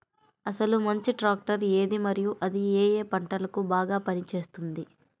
అసలు మంచి ట్రాక్టర్ ఏది మరియు అది ఏ ఏ పంటలకు బాగా పని చేస్తుంది?